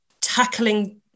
tackling